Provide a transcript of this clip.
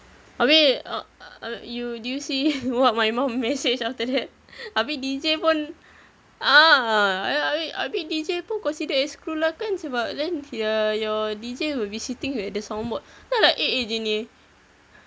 abeh err err you did you see what my mum message after that abeh deejay pun ah ab~ ab~ abeh deejay pun considered as crew lah kan sebab then your your deejay will be sitting at the sound board then I'm like eh eh dia ni